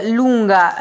lunga